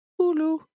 Hulu